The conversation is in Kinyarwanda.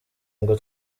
ngo